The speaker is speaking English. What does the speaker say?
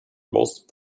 most